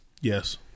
Yes